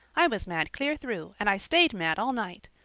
i was mad clear through, and i stayed mad all night.